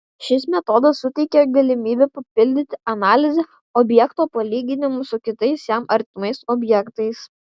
šis metodas suteikia galimybę papildyti analizę objekto palyginimu su kitais jam artimais objektais